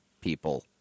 people